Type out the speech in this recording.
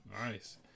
nice